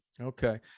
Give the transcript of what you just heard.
okay